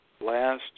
last